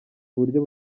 uburyo